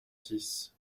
six